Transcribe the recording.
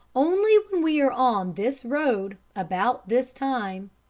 only when we are on this road about this time,